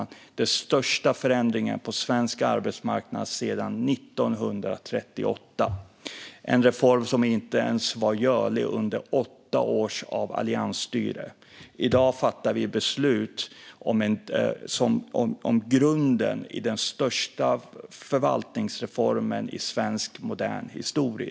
Det handlar om den största förändringen på svensk arbetsmarknad sedan 1938 - en reform som inte ens var görlig under åtta års alliansstyre. I dag fattar vi beslut om grunden i den största förvaltningsreformen i svensk modern historia.